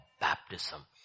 baptism